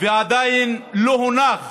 ועדיין לא הונח